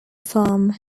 farm